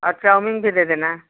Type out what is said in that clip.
और चौमिन भी दे देना